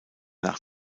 nach